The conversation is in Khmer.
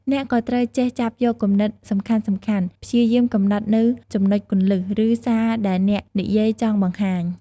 អ្នកក៍ត្រូវ ចេះចាប់យកគំនិតសំខាន់ៗ ព្យាយាមកំណត់នូវចំណុចគន្លឹះ ឬសារដែលអ្នកនិយាយចង់បង្ហាញ។